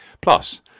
Plus